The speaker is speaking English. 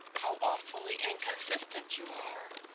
how awfully inconsistent you are!